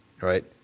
right